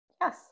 Yes